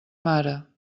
mare